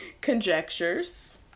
Conjectures